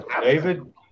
David